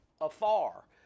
afar